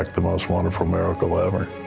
like the most wonderful miracle ever.